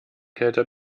kälte